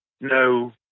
No